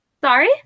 Sorry